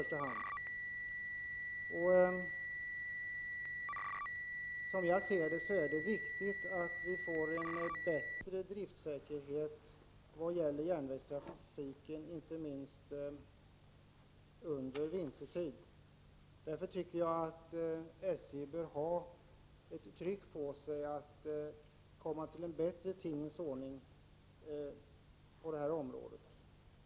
Som jag ser det är det viktigt att vi får en bättre driftsäkerhet vad gäller järnvägstrafiken, inte minst vintertid. Därför tycker jag att SJ bör ha ett tryck på sig att försöka komma till en bättre tingens ordning på det här området.